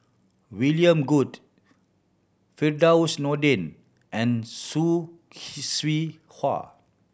William Goode Firdaus Nordin and Hwa